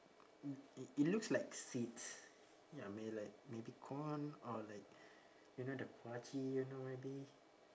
it it it looks like seeds ya may~ like maybe corn or like you know the kua chee you know maybe